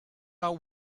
are